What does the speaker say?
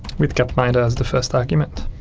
with gapminder as the first argument